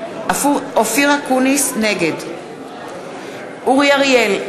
נגד אורי אריאל,